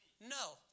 No